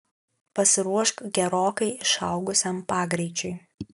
pasiruošk gerokai išaugusiam pagreičiui